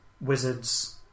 Wizards